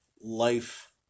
life